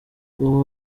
uwo